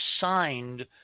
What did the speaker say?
signed